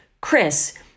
Chris